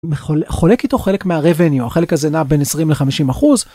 חולק איתו חלק מהרבניו החלק הזה נע בין 20 ל 50 אחוז.